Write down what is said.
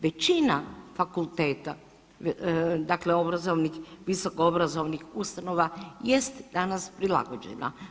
Većina fakulteta dakle obrazovnih, visokoobrazovnih ustanova jest danas prilagođena.